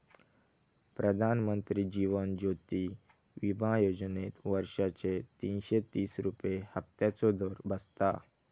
प्रधानमंत्री जीवन ज्योति विमा योजनेत वर्षाचे तीनशे तीस रुपये हफ्त्याचो दर बसता